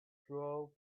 drove